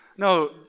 No